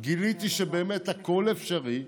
גיליתי שבאמת הכול אפשרי.